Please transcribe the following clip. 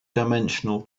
dimensional